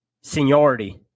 seniority